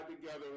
together